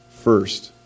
first